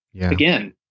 again